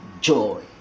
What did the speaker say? joy